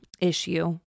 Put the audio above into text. issue